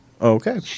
Okay